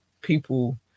people